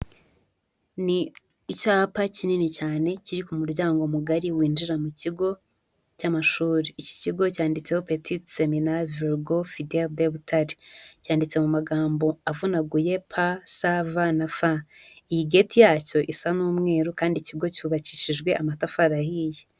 Ni icyapa kinini cyane kiri ku muryango mugari, winjira mu kigo cy'amashuri. Iki kigo cyanditseho Petit Séminaire Vego Fidèle de Butare ,cyanditse mu magambo avunaguye P. S. V.F. Iyi gate yacyo isa n'umweru, kandi ikigo cyubakishijwe amatafari ahiye.